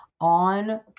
on